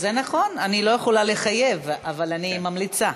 נכון, אני לא יכולה לחייב, אבל אני ממליצה.